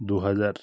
দু হাজার